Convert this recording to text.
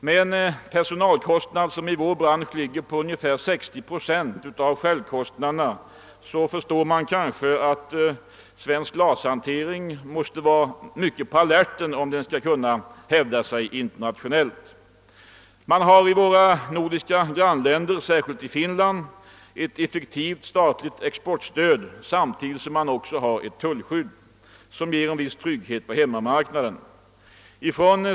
Med en personalkostnad som i vår bransch ligger på ungefär 60 procent av självkostnaderna förstår man kanske att svensk glashantering måste vara mycket på alerten om den skall kunna hävda sig internationellt. Man har i våra nordiska grannländer, särskilt i Finland, ett effektivt statligt exportstöd samtidigt som man har ett tullskydd, som ger en viss trygghet på hemmamarknaden.